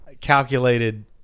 calculated